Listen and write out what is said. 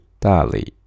Dali